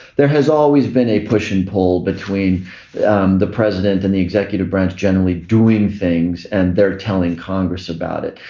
there has always been a push and pull between the president and the executive branch generally doing things and they're telling congress about it.